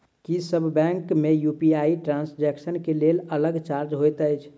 की सब बैंक मे UPI transaction केँ लेल अलग चार्ज होइत अछि?